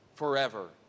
Forever